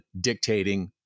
dictating